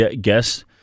guess